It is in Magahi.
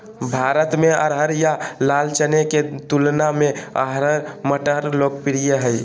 भारत में अरहर या लाल चने के तुलना में अरहर मटर लोकप्रिय हइ